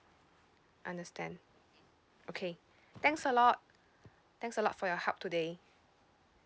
understand okay thanks a lot thanks a lot for your help today